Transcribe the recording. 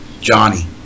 Johnny